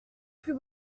plus